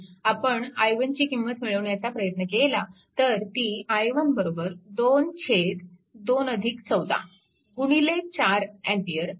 आपण i1 ची किंमत मिळवण्याचा प्रयत्न केला तर ती i1 2 2 14 4 A असेल